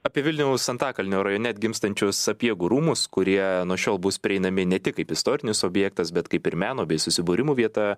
apie vilniaus antakalnio rajone atgimstančius sapiegų rūmus kurie nuo šiol bus prieinami ne tik kaip istorinis objektas bet kaip ir meno bei susibūrimų vieta